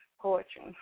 poetry